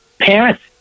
parents